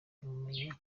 kumumenya